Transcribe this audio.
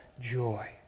joy